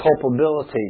culpability